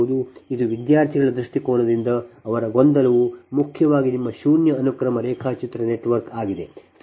ಇದು ವಿದ್ಯಾರ್ಥಿಗಳ ದೃಷ್ಟಿಕೋನದಿಂದ ಅವರ ಗೊಂದಲವು ಮುಖ್ಯವಾಗಿ ನಿಮ್ಮ ಶೂನ್ಯ ಅನುಕ್ರಮ ರೇಖಾಚಿತ್ರ ನೆಟ್ವರ್ಕ್ ಆಗಿದೆ